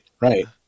Right